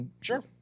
Sure